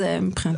ברור.